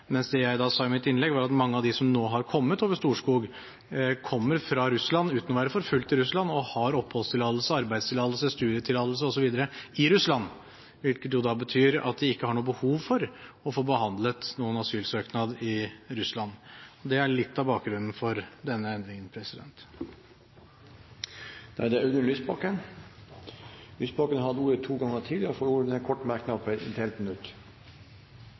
Det jeg sa i mitt innlegg, var at mange av de som nå har kommet over Storskog, kommer fra Russland, uten å være forfulgt i Russland, og har oppholdstillatelse, arbeidstillatelse, studietillatelse osv. i Russland, hvilket jo da betyr at de ikke har noe behov for å få behandlet noen asylsøknad i Russland. Det er litt av bakgrunnen for denne endringen. Representanten Audun Lysbakken har hatt ordet to ganger tidligere og får ordet til en kort merknad, begrenset til 1 minutt.